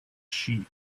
sheep